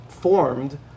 formed